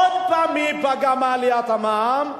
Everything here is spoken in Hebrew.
עוד הפעם, מי ייפגע מעליית המע"מ?